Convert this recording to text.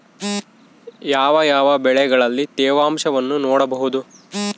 ಯಾವ ಯಾವ ಬೆಳೆಗಳಲ್ಲಿ ತೇವಾಂಶವನ್ನು ನೋಡಬಹುದು?